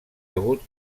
hagut